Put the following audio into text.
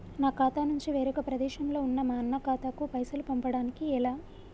నా ఖాతా నుంచి వేరొక ప్రదేశంలో ఉన్న మా అన్న ఖాతాకు పైసలు పంపడానికి ఎలా?